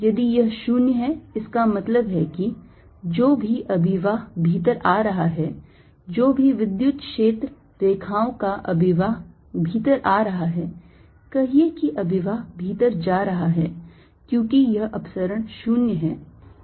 यदि यह 0 है इसका मतलब है कि जो भी अभिवाह भीतर आ रहा है जो भी विद्युत क्षेत्र रेखाओं का अभिवाह भीतर आ रहा है कहिए कि अभिवाह बाहर जा रहा है क्योंकि यह अपसरण 0 है